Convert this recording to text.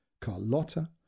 carlotta